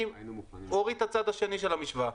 כי הוא הוריד את הצד השני של המשוואה.